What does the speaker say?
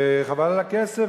חבל על הכסף.